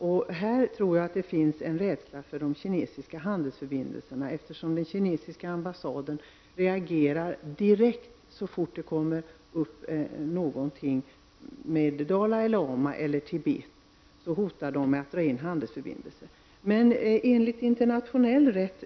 Jag tror att det i detta sammanhang finns en rädsla för att försämra de kinesiska handelsförbindelserna. Den kinesiska ambassaden reagerar direkt, och så fort det kommer upp något som rör Dalai Lama eller Tibet hotar man med att dra in handelsförbindelser.